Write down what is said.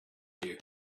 you